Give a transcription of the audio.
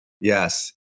Yes